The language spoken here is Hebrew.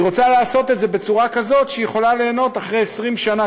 היא רוצה לעשות את זה בצורה כזאת שהיא יכולה ליהנות אחרי 20 שנה,